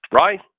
right